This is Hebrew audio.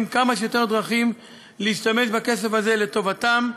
כמה שיותר דרכים להשתמש בכסף הזה לטובתם,